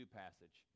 passage